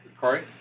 Corey